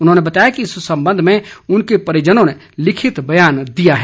उन्होंने बताया कि इस संबंध में उनके परिजनों ने लिखित बयान दिया है